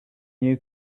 new